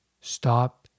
Stop